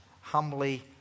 humbly